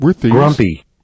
Grumpy